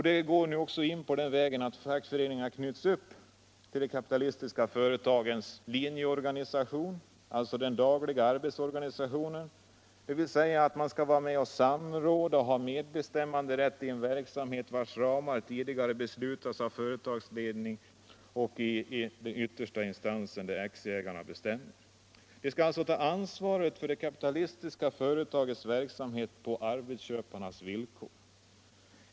Det börjar nu även bli så att fackföreningar knyts upp till de kapitalistiska företagens linjeorganisation, den dagliga arbetsorganisationen — dvs. de skall vara med och samråda och ha medbestämmanderätt i en verksamhet vars ramar tidigare beslutats av företagsledningen och i yttersta instans av aktieägarna. De skall alltså ta ansvar för de kapitalistiska företagens verksamhet på arbetsköparnas villkor.